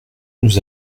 nous